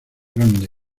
grande